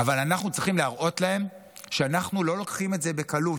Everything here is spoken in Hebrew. אבל אנחנו צריכים להראות להם שאנחנו לא לוקחים את זה בקלות,